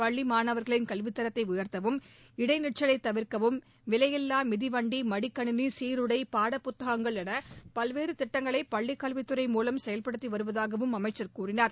பள்ளி மாணவர்களின் கல்வித்தரத்தை உயர்த்தவும் இடைநிற்றலைத் தவிர்க்கவும் விலையில்வா மிதிவண்டி மடிக்கணினி சீருடை பாடப்புத்தகங்கள் என பல்வேறு திட்டங்களை பள்ளிக் கல்வித்துறை மூலம் செயல்படுத்தி வருவதாகவும் அமைச்சர் கூறினார்